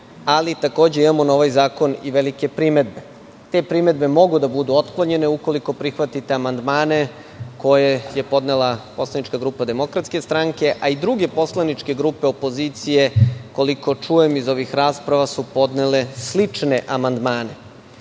ali, takođe, imamo na ovaj zakon i velike primedbe. Te primedbe mogu da budu otklonjene, ukoliko prihvatite amandmane koje je podnela poslanička grupa DS, a i druge poslaničke grupe opozicije, koliko čujem iz ovih rasprava, su podnele slične amandmane. Mislim